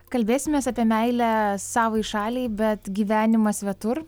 kalbėsimės apie meilę savai šaliai bet gyvenimą svetur